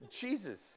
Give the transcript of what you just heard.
Jesus